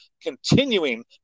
continuing